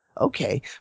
okay